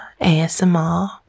ASMR